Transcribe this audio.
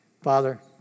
Father